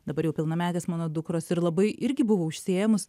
dabar jau pilnametės mano dukros ir labai irgi buvau užsiėmus